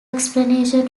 explanation